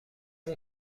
mon